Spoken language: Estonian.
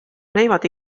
näivad